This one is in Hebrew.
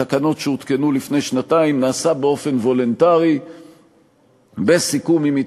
מוצע לקבוע כי הסכום המקסימלי בתביעות על סכום קצוב